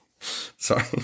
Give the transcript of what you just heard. Sorry